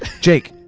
jake,